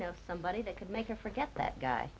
know somebody that could make her forget that guy